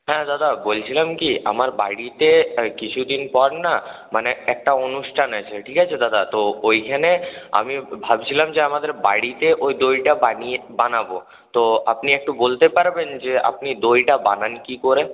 হ্যাঁ দাদা বলছিলাম কি আমার বাড়িতে কিছুদিন পর না মানে একটা অনুষ্ঠান আছে ঠিক আছে দাদা তো ওইখানে আমি ভাবছিলাম যে আমাদের বাড়িতে ওই দইটা বানিয়ে বানাব তো আপনি একটু বলতে পারবেন যে আপনি দইটা বানান কী করে